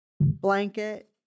blanket